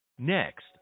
Next